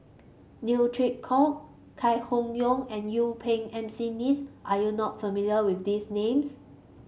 Neo Chwee Kok Chai Hon Yoong and Yuen Peng McNeice are you not familiar with these names